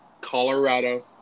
Colorado